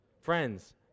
Friends